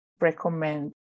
recommend